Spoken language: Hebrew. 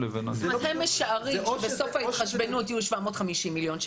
זאת אומרת הם משערים שבסוף ההתחשבנות יהיו 750 מיליון,